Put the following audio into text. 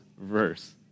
verse